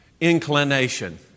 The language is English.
inclination